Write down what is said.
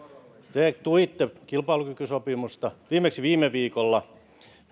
te tuitte kilpailukykysopimusta viimeksi viime viikolla